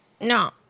no